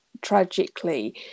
tragically